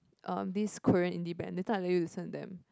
uh this Korean indie band later I let you listen to them